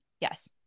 Yes